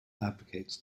advocates